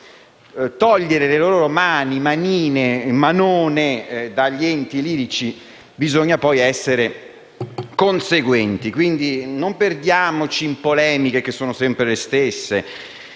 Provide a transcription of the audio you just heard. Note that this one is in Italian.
togliere le loro mani, manine o manone dagli enti lirici, bisogna poi essere conseguenti. Quindi non perdiamoci in polemiche, che sono sempre le stesse.